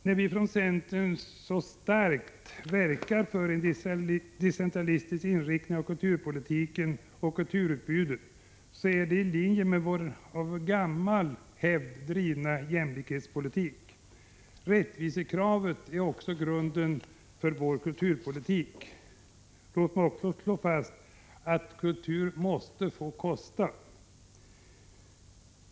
När vi från centern så starkt verkar för en decentralistisk inriktning av kulturpolitiken och kulturutbudet är det i linje med vår av hävd drivna jämlikhetspolitik. Rättvisekravet är också grunden för vår kulturpolitik. I Låt mig slå fast att kultur måste få kosta.